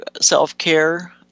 self-care